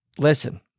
Listen